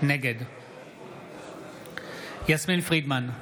נגד יסמין פרידמן,